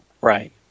Right